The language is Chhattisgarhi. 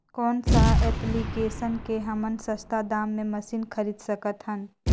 कौन सा एप्लिकेशन मे हमन सस्ता दाम मे मशीन खरीद सकत हन?